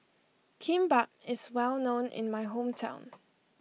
Kimbap is well known in my hometown